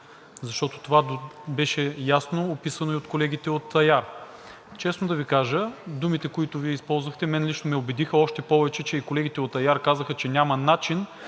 Защото това беше ясно описано и от колегите, и от АЯР. Честно да Ви кажа: думите, които Вие използвахте, мен лично ме убедиха още повече, че и колегите от АЯР казаха, че няма начин